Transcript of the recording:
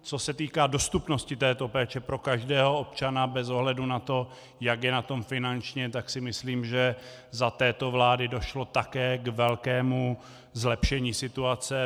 Co se týká dostupnosti této péče pro každého občana bez ohledu na to, jak je na tom finančně, tak si myslím, že za této vlády došlo také k velkému zlepšení situace.